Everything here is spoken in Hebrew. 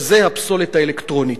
וזה הפסולת האלקטרונית.